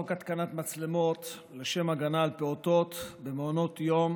חוק התקנת מצלמות לשם הגנה על פעוטות במעונות יום